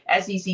SEC